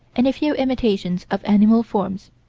and a few imitations of animal forms,